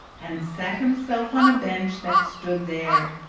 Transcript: and sat himself on a bench that stood there,